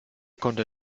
konnte